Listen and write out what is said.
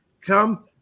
come